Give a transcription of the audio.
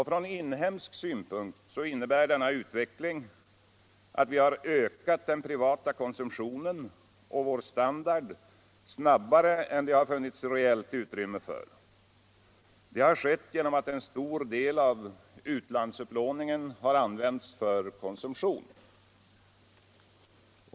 Från inhemsk synpunkt innebär denna utveckling att vi har ökat den privata konsumtionen och vår standard snabbare än det har funnits reellt utrymme för. Det har skett genom att en stor del av utlandsupplåningen Allmänpolitisk debatt Allmänpolitisk debatt har använts för konsumtion.